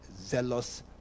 zealous